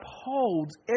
upholds